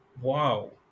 Wow